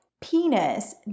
penis